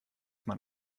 man